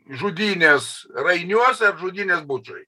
žudynės rainiuose ar žudynės bučoj